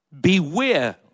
beware